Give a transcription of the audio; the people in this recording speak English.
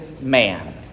man